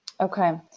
Okay